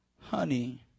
honey